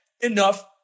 enough